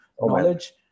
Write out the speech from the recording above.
knowledge